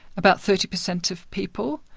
about thirty per cent of people